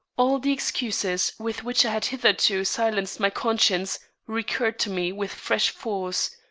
all the excuses with which i had hitherto silenced my conscience recurred to me with fresh force,